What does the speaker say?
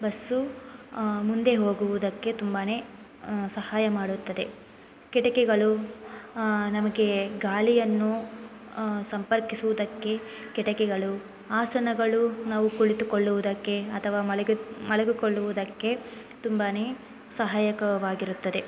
bus ಮುಂದೆ ಹೋಗುವುದಕ್ಕೆ ತುಂಬಾ ಸಹಾಯ ಮಾಡುತ್ತದೆ ಕಿಟಕಿಗಳು ನಮಗೆ ಗಾಳಿಯನ್ನು ಸಂಪರ್ಕಿಸುವುದಕ್ಕೆ ಕಿಟಕಿಗಳು ಆಸನಗಳು ನಾವು ಕುಳಿತುಕೊಳ್ಳುವುದಕ್ಕೆ ಅಥವಾ ಮಲಗಿ ಮಲಗಿಕೊಳ್ಳುವುದಕ್ಕೆ ತುಂಬಾ ಸಹಾಯಕವಾಗಿರುತ್ತದೆ